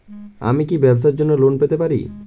আমি কি ব্যবসার জন্য লোন পেতে পারি?